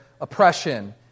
oppression